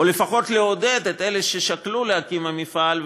או לפחות לעודד את אלה ששקלו להקים את המפעל,